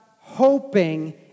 hoping